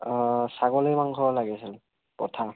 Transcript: অ' ছাগলী মাংস লাগিছিল পঠা